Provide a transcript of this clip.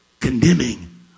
condemning